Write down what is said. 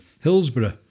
Hillsborough